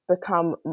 become